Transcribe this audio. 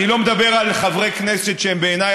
אני לא מדבר על חברי כנסת שהם בעיניי